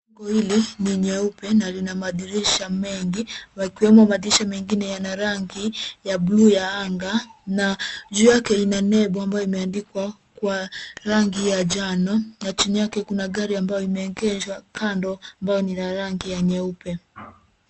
Jengo hili ni nyeupe na lina madirisha mengi wakiwemo madirisha mengine yana rangi ya buluu ya anga na juu yake ina nembo ambayo imeandikwa kwa rangi ya njano na chini yake kuna gari ambayo imeegeshwa kando ambayo ni ya rangi ya nyeupe.